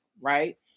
right